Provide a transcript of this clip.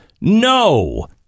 No